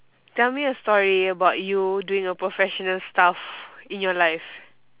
tell me a story about you doing a professional stuff in your life